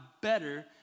better